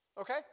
okay